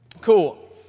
Cool